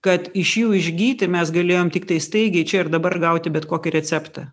kad iš jų išgyti mes galėjom tiktai staigiai čia ir dabar gauti bet kokį receptą